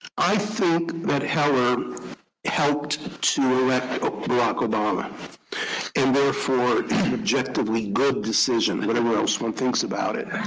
i think that heller helped to elect barack obama and therefore an objectively good decision, whatever else one thinks about it.